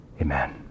Amen